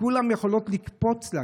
וכולן יכולות לקפוץ לה.